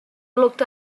looked